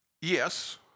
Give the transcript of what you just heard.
Yes